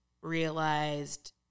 realized